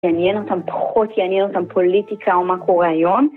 יעניין אותם פחות, ‫יעניין אותם פוליטיקה ומה קורה היום.